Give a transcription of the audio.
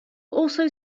also